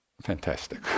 Fantastic